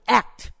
act